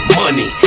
money